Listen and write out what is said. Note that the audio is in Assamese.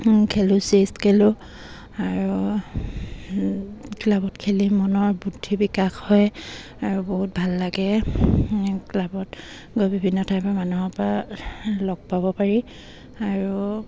খেলোঁ চেষ্ট খেলোঁ আৰু ক্লাবত খেলি মনৰ বুদ্ধি বিকাশ হয় আৰু বহুত ভাল লাগে ক্লাবত গৈ বিভিন্ন ঠাইৰপৰা মানুহৰপৰা লগ পাব পাৰি আৰু